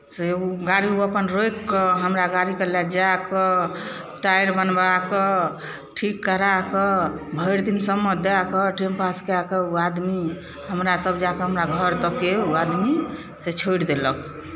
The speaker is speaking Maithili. से ओ गाड़ी ओ अपन रोकि कऽ हमरा गाड़ीकेँ लए जाए कऽ टायर बनबाए कऽ ठीक कराए कऽ भरि दिन समय दए कऽ टाइम पास कए कऽ ओ आदमी हमरा तब जाए कऽ हमरा घर तकके ओ आदमी से छोड़ि देलक